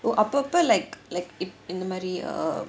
அப்போ அப்போ:appo appo like like இந்த மாரி:intha maari